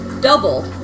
double